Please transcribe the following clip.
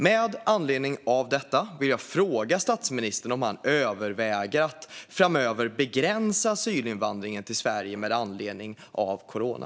Med anledning av detta vill jag fråga statsministern: Överväger han att framöver begränsa asylinvandringen till Sverige med anledning av corona?